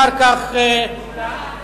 אחר כך מולה,